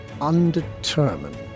undetermined